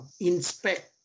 inspect